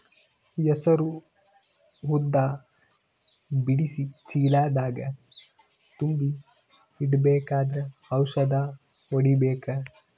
ಹೆಸರು ಉದ್ದ ಬಿಡಿಸಿ ಚೀಲ ದಾಗ್ ತುಂಬಿ ಇಡ್ಬೇಕಾದ್ರ ಔಷದ ಹೊಡಿಬೇಕ?